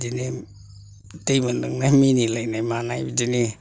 बिदिनो दै मोनलोंना मिनिलायनाय मानाय बिदिनो